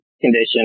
condition